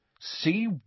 See